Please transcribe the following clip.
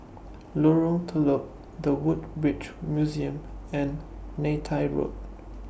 Lorong Telok The Woodbridge Museum and Neythai Road